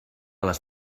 les